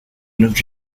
los